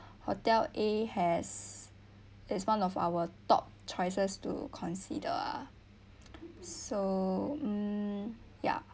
hotel A has it's one of our top choices to consider ah so mm yeah